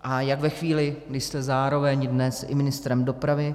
A jak ve chvíli, kdy jste zároveň dnes i ministrem dopravy